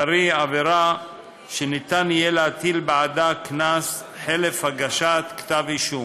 קרי עבירה שיהיה אפשר להטיל בעדה קנס חלף הגשת כתב אישום.